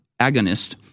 Agonist